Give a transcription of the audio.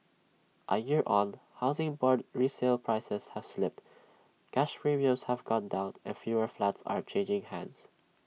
A year on Housing Board resale prices have slipped cash premiums have gone down and fewer flats are changing hands